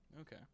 Okay